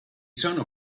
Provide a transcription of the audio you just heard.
sono